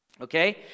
okay